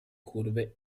curve